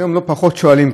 היום פחות שואלים,